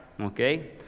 okay